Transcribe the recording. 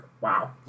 wow